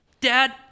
Dad